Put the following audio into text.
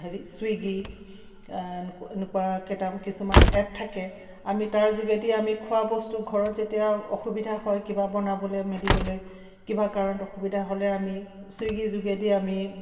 হেৰি চুইগি এনেকুৱা কেইটামান কিছুমান এপ থাকে আমি তাৰ যোগেদি আমি খোৱাবস্তু ঘৰত যেতিয়া অসুবিধা হয় কিবা বনাবলৈ মেলিবলৈ কিবা কাৰণত অসুবিধা হ'লে আমি চুইগি যোগেদি আমি